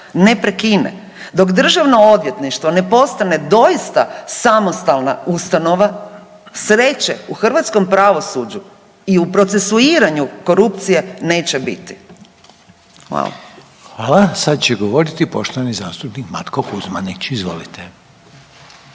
ne prekine, dok državno odvjetništvo ne postane doista samostalna ustanova, sreće u hrvatskom pravosuđu i u procesuiranju korupcije neće biti. Hvala. **Reiner, Željko (HDZ)** Hvala. Sad će govoriti poštovani zastupnik Matko Kuzmanić. Izvolite.